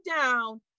down